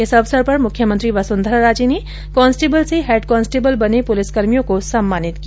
इस अवसर पर मुख्यमंत्री वसुंधरा राजे ने कांस्टेबल से हैडकांस्टेबल बने पुलिसकर्भियों को सम्मानित किया